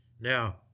Now